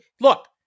look